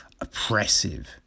oppressive